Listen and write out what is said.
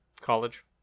college